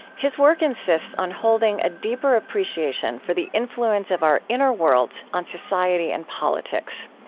his work insists on holding a deeper appreciation for the influence of our inner worlds on society and politics.